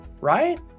right